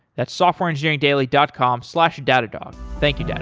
that's softwareengineeringdaily dot com slash datadog. thank you,